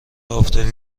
آفتابی